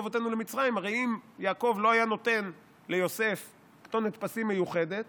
אבותינו למצרים" הרי אם יעקב לא היה נותן ליוסף כתונת פסים מיוחדת